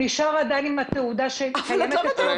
הוא נשאר עדיין עם התעודה שקיימת אצלו.